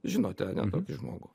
žinote ane tokį žmogų